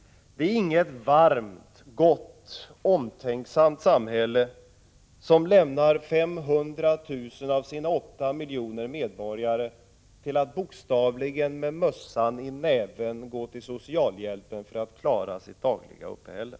Det är inget varmt, gott, omtänksamt samhälle som lämnar 500 000 av sina 8 miljoner medborgare till att bokstavligen med mössan i näven gå till socialhjälpen för att klara sitt dagliga uppehälle.